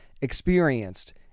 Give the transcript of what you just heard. experienced